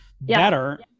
better